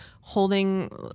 holding